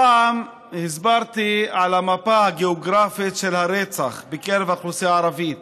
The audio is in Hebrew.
פעם הסברתי על המפה הגיאוגרפית של הרצח בקרב האוכלוסייה הערבית.